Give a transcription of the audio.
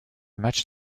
match